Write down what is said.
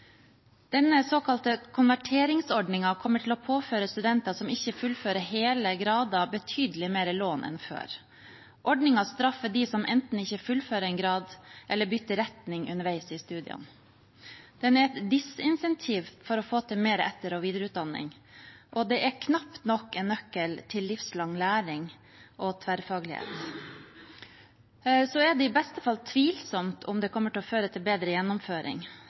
Den er et disincentiv for å få til mer etter- og videreutdanning, og det er knapt nok en nøkkel til livslang læring og tverrfaglighet. Det er også i beste fall tvilsomt om det kommer til å føre til bedre gjennomføring.